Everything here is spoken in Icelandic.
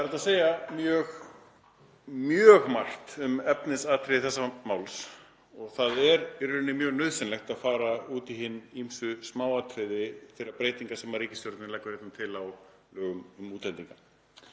Það er hægt að segja mjög margt um efnisatriði þessa máls og það er í rauninni mjög nauðsynlegt að fara út í hin ýmsu smáatriði þeirra breytinga sem ríkisstjórnin leggur hérna til á lögum um útlendinga.